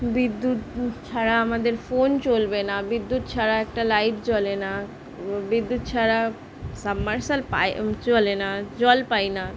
বিদ্যুৎ ছাড়া আমাদের ফোন চলবে না বিদ্যুৎ ছাড়া একটা লাইট জ্বলে না বিদ্যুৎ ছাড়া সাবমার্সিবল পায় চলে না জল পাই না